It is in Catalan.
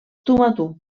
tuamotu